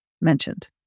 mentioned